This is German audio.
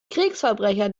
kriegsverbrecher